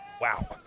Wow